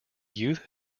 youth